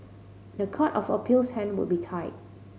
the Court of Appeal's hand would be tied